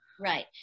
Right